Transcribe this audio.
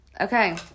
Okay